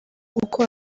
uko